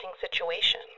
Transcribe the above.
situation